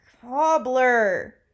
cobbler